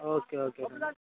okay okay